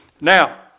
Now